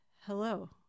hello